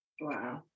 Wow